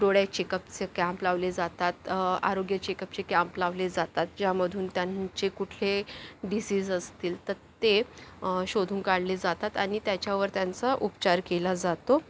डोळे चेकअपचं कॅम्प लावले जातात आरोग्य चेकअपचे कॅम्प लावले जातात ज्यामधून त्यांचे कुठले डिसीज असतील तर ते शोधून काढले जातात आणि त्याच्यावर त्यांचं उपचार केला जातो